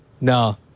No